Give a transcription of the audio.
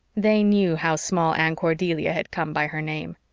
they knew how small anne cordelia had come by her name.